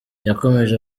yakomeje